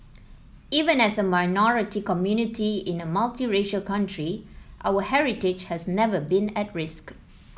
even as a minority community in a multiracial country our heritage has never been at risk